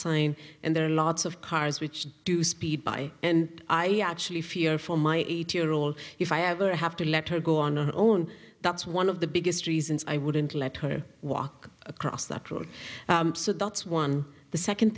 sign and there are lots of cars which do speed by and i actually fear for my eight year old if i ever have to let her go on her own that's one of the biggest reasons i wouldn't let her walk across that road so that's one the second